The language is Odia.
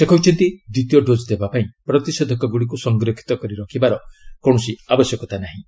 ସେ କହିଛନ୍ତି ଦ୍ୱିତୀୟ ଡୋଜ୍ ଦେବା ପାଇଁ ପ୍ରତିଷେଧକ ଗୁଡ଼ିକୁ ସଂରକ୍ଷିତ କରି ରଖିବାର କୌଣସି ଆବଶ୍ୟକତା ନାହିଁ